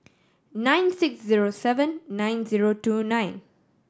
nine six zero seven nine zero two nine